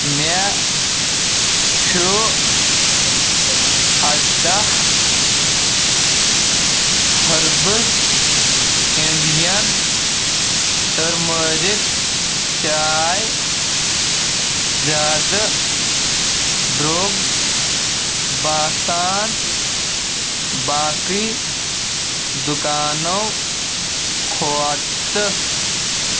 مےٚ چھُ اَرداہ ۂربٕز انڈیَن ٹٔرمٔرِک چاے زیادٕ درٛوٚگ باسان باقٕے دُکانو کھوتہٕ